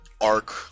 arc